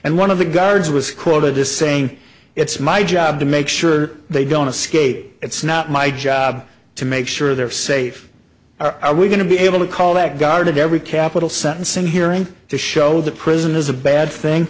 and one of the guards was quoted as saying it's my job to make sure they don't escape it's not my job to make sure they're safe are we going to be able to call that guarded every capital sentencing hearing to show that prison is a bad thing